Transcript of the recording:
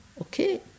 okay